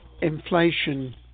inflation